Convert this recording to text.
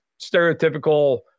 stereotypical